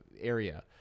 area